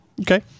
Okay